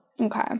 Okay